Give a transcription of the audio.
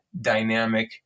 dynamic